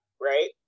right